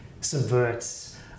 subverts